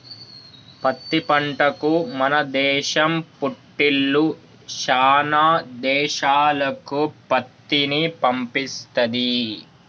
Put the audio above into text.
పత్తి పంటకు మన దేశం పుట్టిల్లు శానా దేశాలకు పత్తిని పంపిస్తది